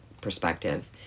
perspective